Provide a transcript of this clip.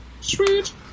Sweet